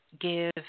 give